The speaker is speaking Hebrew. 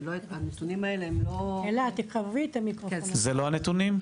הנתונים האלה הם לא --- זה לא הנתונים?